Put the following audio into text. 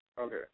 Okay